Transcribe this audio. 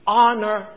honor